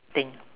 thing